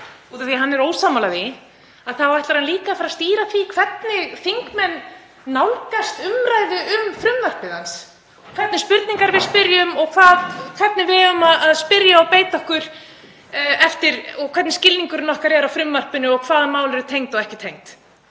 af því að hann er ósammála því, heldur ætlar hann líka að fara að stýra því hvernig þingmenn nálgast umræðu um frumvarp hans, hvernig spurninga við spyrjum og hvernig við eigum að spyrja og beita okkur og hvernig skilningur okkar er á frumvarpinu og hvaða mál eru tengd og ekki tengd.